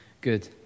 Good